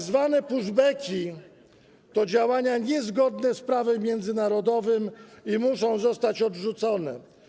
Tzw. pushbacki to działania niezgodne z prawem międzynarodowym i muszą zostać odrzucone.